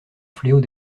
fléau